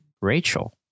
Rachel